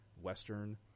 western